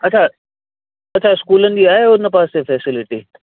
अच्छा अच्छा स्कूलनि जी आहे उन पासे फेसिलिटी